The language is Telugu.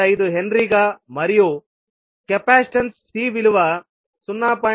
5 హెన్రీగా మరియు కెపాసిటెన్స్ C విలువ 0